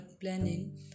planning